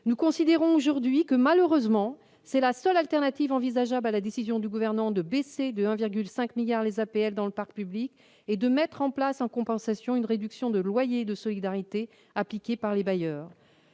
nous considérons malheureusement que c'est la seule alternative envisageable à la décision du Gouvernement de baisser de 1,5 milliard d'euros les APL dans le parc public et de mettre en place, en compensation, une réduction du loyer de solidarité appliqué par les bailleurs.